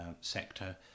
sector